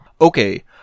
okay